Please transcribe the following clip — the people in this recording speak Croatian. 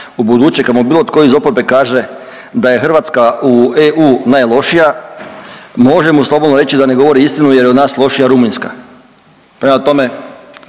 ubuduće kad mu bilo tko iz oporbe kaže da je Hrvatska u EU najlošija može mu slobodno reći da ne govori istinu jer je od nas lošija Rumunjska. Prema tome,